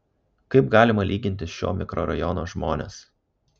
kaip galima lyginti šio mikrorajono žmones